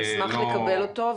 נשמח לקבל אותו.